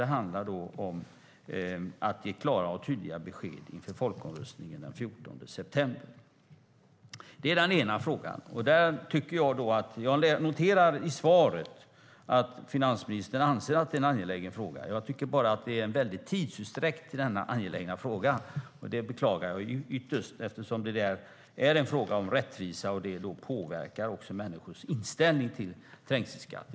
Det handlar om att ge klara och tydliga besked inför folkomröstningen den 14 september. Jag noterar i svaret att finansministern anser att det är en angelägen fråga. Jag tycker bara att det är en väldig tidsutdräkt i denna angelägna fråga. Det beklagar jag ytterst, eftersom detta är en fråga om rättvisa som påverkar människors inställning till trängselskatt.